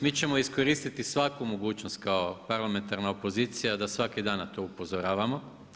Mi ćemo iskoristiti svaku mogućnost kao parlamentarna opozicija da svaki dan na to upozoravamo.